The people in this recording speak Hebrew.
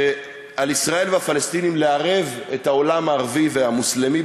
שעל ישראל והפלסטינים לערב את העולם הערבי והמוסלמי,